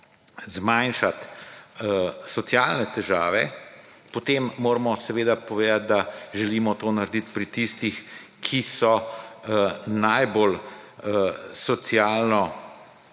zmanjšat socialne težave, potem moramo seveda povedat, da želimo to naredit pri tistih, ki so najbolj socialno